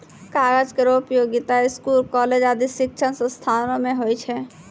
कागज केरो उपयोगिता स्कूल, कॉलेज आदि शिक्षण संस्थानों म होय छै